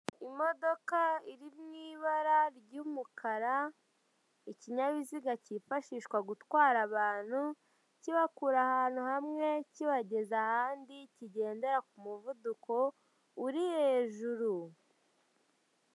Imodoka iri mu ibara ry'umukara ikinyabiziga kifashishwa gutwara abantu kibakura hamwe kibageza ahandi kigendera ku muvuduko uri hejuru.